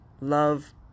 love